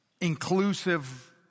inclusive